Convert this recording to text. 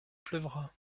pleuvra